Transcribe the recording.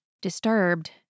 Disturbed